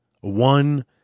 One